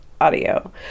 audio